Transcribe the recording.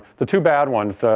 the two bad ones,